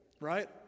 right